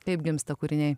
kaip gimsta kūriniai